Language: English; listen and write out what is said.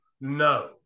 No